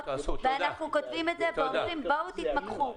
אנחנו כותבים ואומרים, בואו תתמקחו.